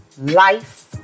life